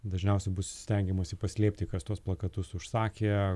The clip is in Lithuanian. dažniausiai bus stengiamasi paslėpti kas tuos plakatus užsakė